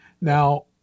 Now